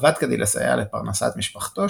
עבד כדי לסייע לפרנסת משפחתו,